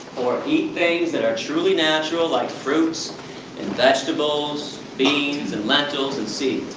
or eat things that are truly natural like fruits and vegetables, beans and lentils, and seeds.